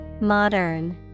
Modern